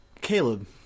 Caleb